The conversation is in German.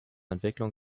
entwicklung